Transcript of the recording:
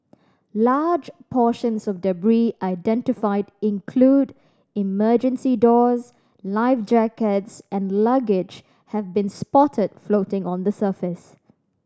large portions of identified include emergency doors life jackets and luggage have been spotted floating on the surface